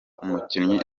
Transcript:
umukinnyi